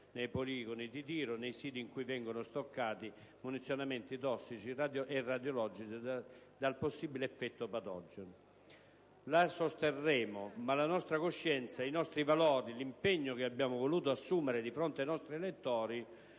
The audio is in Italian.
nei poligoni di tiro e nei siti in cui vengono stoccati munizionamenti tossici e radiologici dal possibile effetto patogeno. La sosterremo, ma la nostra coscienza, i nostri valori, l'impegno che abbiamo voluto assumere di fronte ai nostri elettori